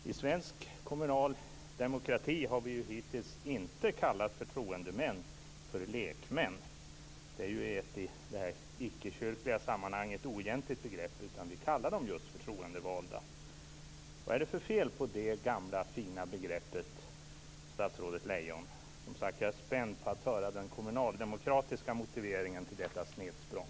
I svensk kommunal demokrati har vi hittills inte kallat förtroendemän för lekmän. Det är ju ett i ickekyrkliga sammanhang oegentligt begrepp. Vi kallar dem just förtroendevalda. Vad är det för fel på det gamla fina begreppet, statsrådet Lejon? Jag är spänd på att höra den kommunaldemokratiska motiveringen till detta snedsprång.